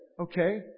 okay